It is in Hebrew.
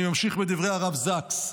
אני ממשיך בדברי הרב זקס: